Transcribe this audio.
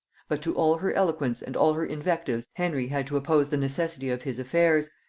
but to all her eloquence and all her invectives henry had to oppose the necessity of his affairs,